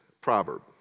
proverb